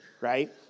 Right